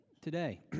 today